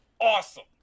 awesome